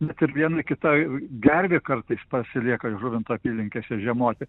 net ir vienai kitai gervė kartais pasilieka žuvinto apylinkėse žiemoti